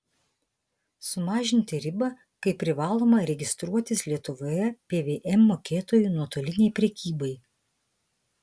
sumažinti ribą kai privaloma registruotis lietuvoje pvm mokėtoju nuotolinei prekybai